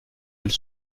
elle